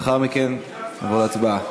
לאחר מכן נעבור להצבעה.